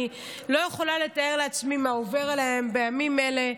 אני לא יכולה לתאר לעצמי מה עובר עליהם בימים אלה,